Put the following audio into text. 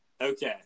Okay